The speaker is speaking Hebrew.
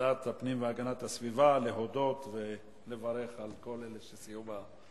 ועדת הפנים והגנת הסביבה להודות ולברך את כל אלה שסייעו במלאכה.